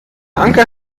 anker